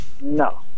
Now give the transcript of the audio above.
No